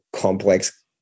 complex